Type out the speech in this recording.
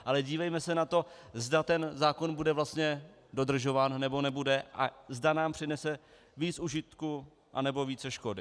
Ale dívejme se na to, zda ten zákon bude vlastně dodržován, nebo nebude a zda nám přinese více užitku, nebo více škody.